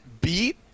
beat